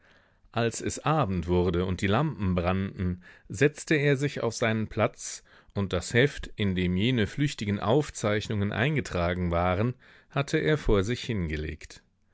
als es abend wurde und die lampen brannten setzte er sich auf seinen platz und das heft in dem jene flüchtigen aufzeichnungen eingetragen waren hatte er vor sich hingelegt